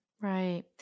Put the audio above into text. Right